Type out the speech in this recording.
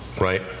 Right